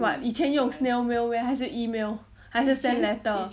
what 以前用 snail mail where 还是 email 还是 send letter